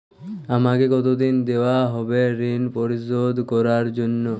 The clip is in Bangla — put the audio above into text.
আমাকে কতদিন দেওয়া হবে ৠণ পরিশোধ করার জন্য?